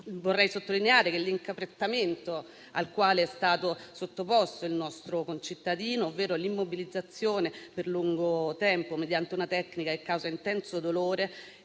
vorrei sottolineare che l'incaprettamento al quale è stato sottoposto il nostro concittadino, ovvero l'immobilizzazione per lungo tempo mediante una tecnica che causa intenso dolore,